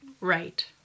right